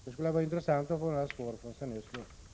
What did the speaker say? Det skulle vara intressant att få ett svar från Sten Östlund.